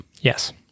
Yes